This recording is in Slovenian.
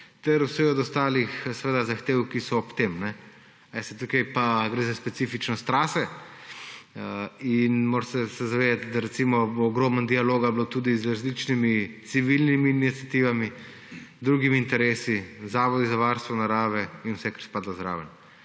ter od ostalih zahtev, ki so ob tem. Tukaj gre za specifičnost trase in morate se zavedati, da bo recimo ogromno dialoga tudi z različnimi civilnimi iniciativami, drugimi interesi, zavodi za varstvo narave in vse, kar spada zraven.